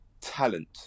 talent